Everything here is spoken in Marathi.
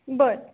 बरं